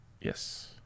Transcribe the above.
Yes